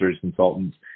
consultants